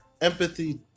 empathy